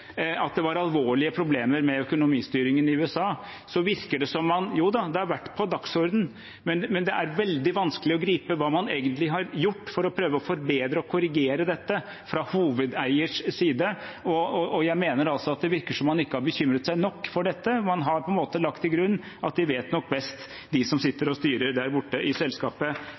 at det var alvorlige problemer med økonomistyringen i USA – virker det som at jo da, det har vært på dagsordenen, men det er veldig vanskelig å gripe hva man egentlig har gjort for å prøve å forbedre og korrigere dette fra hovedeiers side. Jeg mener at det virker som man ikke har bekymret seg nok for dette. Man har på en måte lagt til grunn at de vet nok best, de som sitter og styrer der borte i selskapet.